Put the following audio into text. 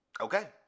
Okay